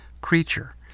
creature